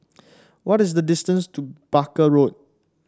what is the distance to Barker Road